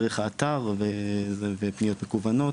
דרך האתר ופניות מקוונות,